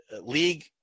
league –